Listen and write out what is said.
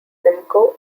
simcoe